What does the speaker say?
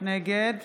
נגד